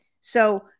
So-